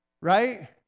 right